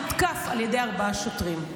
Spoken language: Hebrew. הותקף על ידי ארבעה שוטרים,